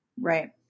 Right